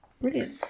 brilliant